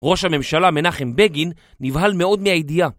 ראש הממשלה מנחם בגין נבהל מאוד מהידיעה